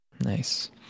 Nice